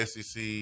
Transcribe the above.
SEC